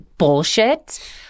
Bullshit